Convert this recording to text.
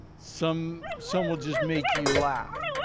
some some will just make you laugh.